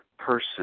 person